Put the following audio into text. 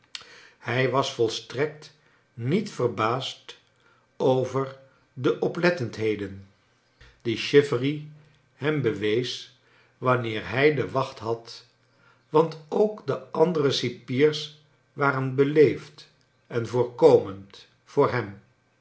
hij was volstrekt niet verbaasd over cle oplettendheden die chivery hem be wees wanneer hij de wacht had want ook de andere cipiers waren beleefd en voorkomend voor hem